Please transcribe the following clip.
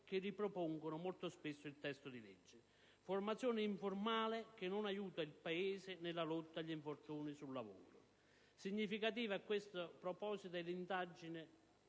che ripropongono molto spesso il testo di legge. Si tratta di una formazione formale che non aiuta il paese nella lotta agli infortuni sul lavoro. Significativa a questo proposito sono le indagini